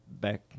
back